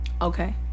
Okay